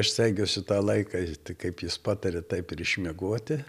aš stengiuosi tą laiką tai kaip jis pataria taip ir išmiegoti